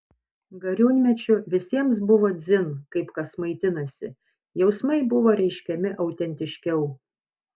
gariūnmečiu visiems buvo dzin kas kaip maitinasi jausmai buvo reiškiami autentiškiau